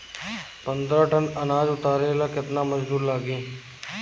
पन्द्रह टन अनाज उतारे ला केतना मजदूर लागी?